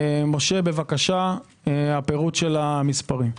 משה, בבקשה, פירוט המספרים.